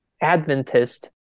Adventist